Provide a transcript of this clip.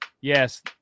yes